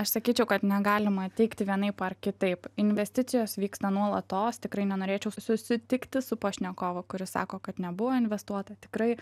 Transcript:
aš sakyčiau kad negalima teigti vienaip ar kitaip investicijos vyksta nuolatos tikrai nenorėčiau susitikti su pašnekovu kuris sako kad nebuvo investuota tikrai